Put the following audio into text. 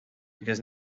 because